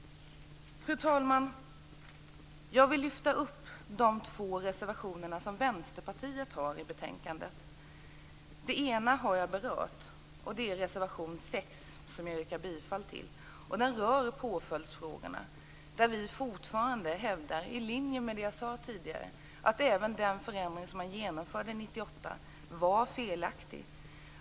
Fru talman! Jag vill lyfta upp de två reservationer som Vänsterpartiet har till betänkandet. Den ena har jag berört, och det är reservation 6, som jag yrkar bifall till. Den rör påföljdsfrågorna, där vi fortfarande hävdar, i linje med det jag sade tidigare, att även den förändring som genomfördes 1998 var felaktig.